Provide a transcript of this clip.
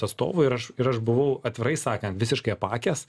atstovu ir aš ir aš buvau atvirai sakant visiškai apakęs